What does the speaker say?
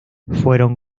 fueron